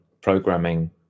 programming